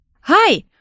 Hi